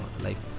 life